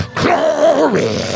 glory